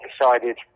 decided